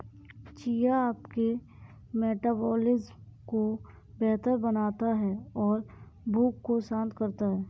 chia आपके metabolism को बेहतर बनाता है और भूख को शांत करता है